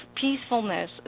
peacefulness